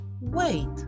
Wait